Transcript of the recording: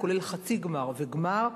כולל חצי גמר וגמר,